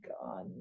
god